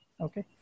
Okay